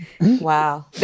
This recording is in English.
Wow